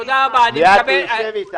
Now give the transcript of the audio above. ונשמח לשבת אתך.